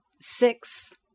six